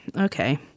Okay